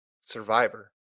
survivor